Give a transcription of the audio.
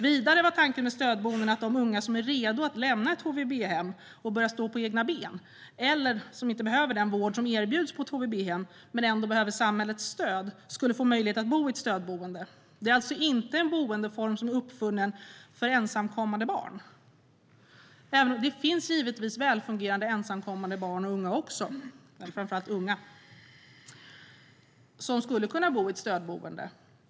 Vidare var tanken med stödboendena att de unga som är redo att lämna ett HVB-hem och börja stå på egna ben eller som inte behöver den vård som erbjuds på ett HVB-hem men ändå behöver samhällets stöd skulle få möjlighet att bo i ett stödboende. Boendeformen är alltså inte uppfunnen för ensamkommande barn. Det finns givetvis också välfungerande ensamkommande barn och unga, framför allt unga, som skulle kunna bo i ett stödboende.